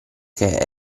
che